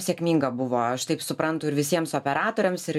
sėkminga buvo aš taip suprantu ir visiems operatoriams ir